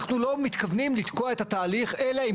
אנחנו לא מתכוונים לתקוע את התהליך אלא אם